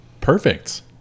Perfect